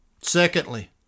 Secondly